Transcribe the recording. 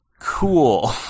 cool